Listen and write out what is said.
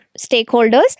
stakeholders